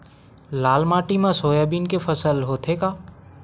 लाल माटी मा सोयाबीन के फसल होथे का?